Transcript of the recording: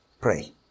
pray